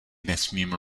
nesmím